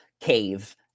cave